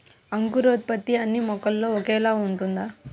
అంకురోత్పత్తి అన్నీ మొక్కలో ఒకేలా ఉంటుందా?